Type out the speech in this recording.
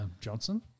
Johnson